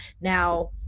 Now